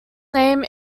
name